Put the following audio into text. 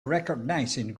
recognizing